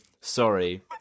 sorry